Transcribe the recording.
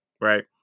right